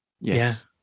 Yes